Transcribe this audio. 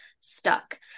stuck